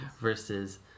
versus